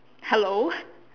hello